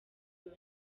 enye